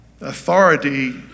Authority